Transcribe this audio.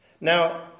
Now